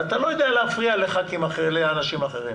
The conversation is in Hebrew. אתה לא יכול להפריע לאנשים אחרים.